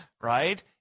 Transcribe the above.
right